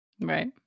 Right